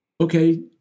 okay –